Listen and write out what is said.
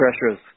pressures